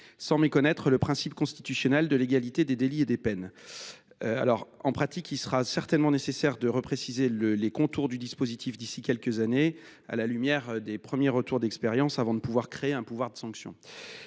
sans méconnaître le principe constitutionnel de légalité des délits et des peines. En pratique, il sera certainement nécessaire de repréciser les contours du dispositif d’ici à quelques années, à la lumière des premiers retours d’expérience, avant d’être en mesure de créer un pouvoir de sanction.